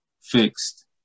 fixed